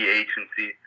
agency